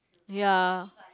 ya